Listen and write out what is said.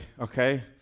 okay